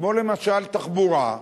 כמו למשל תחבורה,